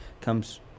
comes